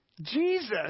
Jesus